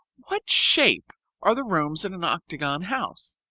what shape are the rooms in an octagon house?